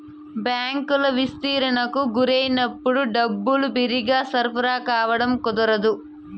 బ్యాంకులు విస్తరణకు గురైనప్పుడు డబ్బులు బిరిగ్గా సరఫరా కావడం కుదరదు